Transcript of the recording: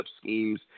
schemes